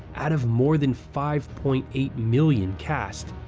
out of more than five point eight million cast.